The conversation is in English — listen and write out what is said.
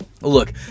Look